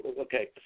Okay